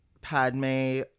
Padme